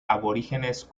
aborígenes